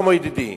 שלמה ידידי,